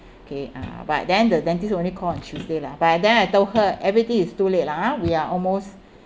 okay uh but then the dentist only call on tuesday lah by then I told her everything is too late lah ha we are almost